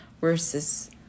versus